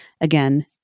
Again